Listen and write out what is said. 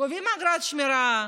גובים אגרת שמירה,